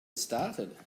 started